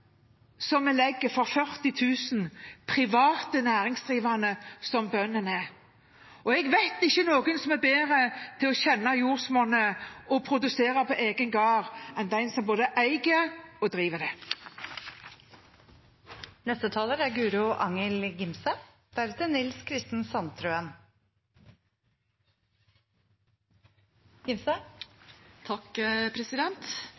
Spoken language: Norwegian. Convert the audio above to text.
Jeg vet ikke om noen som er bedre til å kjenne jordsmonnet og produsere på egen gård enn de som både eier og driver